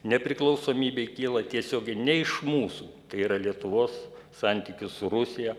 nepriklausomybei kyla tiesiogiai ne iš mūsų tai yra lietuvos santykių su rusija